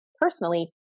personally